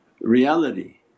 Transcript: reality